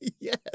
Yes